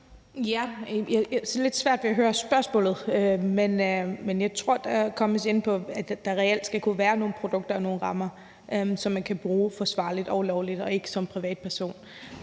var sådan lidt svært at høre spørgsmålet, men jeg tror, spørgeren kommer lidt ind på, at der reelt set skal være nogle produkter og nogle rammer, som man kan bruge forsvarligt og lovligt og ikke som privatperson.